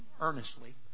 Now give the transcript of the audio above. earnestly